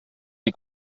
die